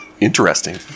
Interesting